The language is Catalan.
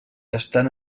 estan